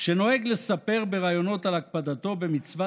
שנוהג לספר בראיונות על הקפדתו במצוות